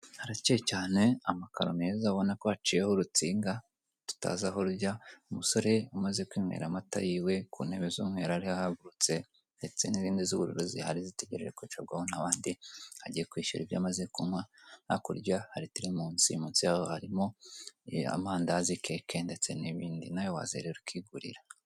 Harakeye cyane, amakaro meza ubona ko haciye ho urusinga tutazi aho rujya, umusore umaze kunywera amata yiwe, ku ntebe z'umweru ari ho ahagurutse ndetse n'izindi z'ubururu zihari ziteregereje kwicarwaho n'abandi, agiye kwishyura ibyo amaze kunywa, hakura hari teremusi munsi yaho harimo amandazi, keke, ndeste n'ibindi, nawe waza rero ukigurira.